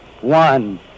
one